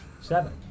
Seven